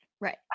right